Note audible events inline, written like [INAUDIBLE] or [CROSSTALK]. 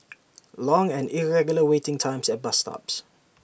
[NOISE] long and irregular waiting times at bus stops